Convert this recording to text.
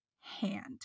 hand